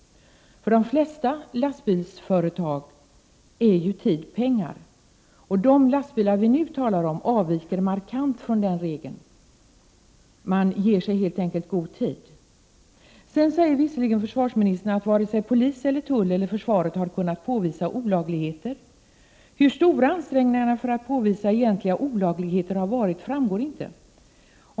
För de flesta lastbilsföretag är ju tid pengar. De lastbilar vi nu talar om avviker markant från den regeln. De ger sig helt enkelt god tid. Sedan säger visserligen försvarsministern att varken polis, tull eller försvaret har kunnat påvisa olagligheter. Det framgår dock inte hur stora ansträngningarna för att påvisa egentliga olagligheter har varit.